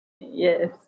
Yes